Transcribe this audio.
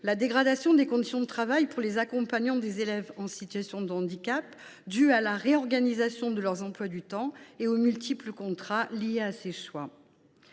la dégradation des conditions de travail des accompagnants d’élèves en situation de handicap due à la réorganisation de leurs emplois du temps et aux multiples contrats liés à ce choix.,